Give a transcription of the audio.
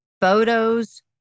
photos